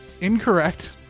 Incorrect